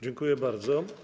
Dziękuję bardzo.